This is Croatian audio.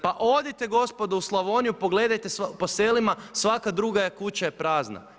Pa odite gospodo u Slavoniju, pogledajte po selima, svaka druga kuća je prazna.